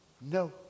no